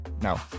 No